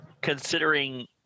considering